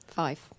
five